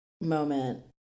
moment